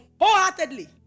Wholeheartedly